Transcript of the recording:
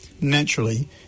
naturally